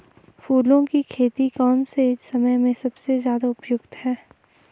फूलों की खेती कौन से समय में सबसे ज़्यादा उपयुक्त है?